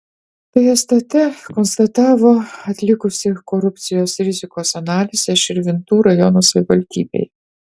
tai stt konstatavo atlikusi korupcijos rizikos analizę širvintų rajono savivaldybėje